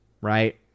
right